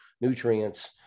nutrients